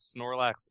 Snorlax